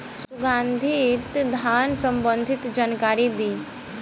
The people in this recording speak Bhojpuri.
सुगंधित धान संबंधित जानकारी दी?